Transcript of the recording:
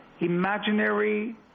imaginary